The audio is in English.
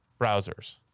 browsers